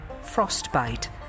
Frostbite